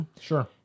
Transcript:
sure